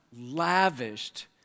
lavished